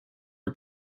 are